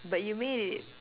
but you made it